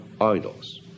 idols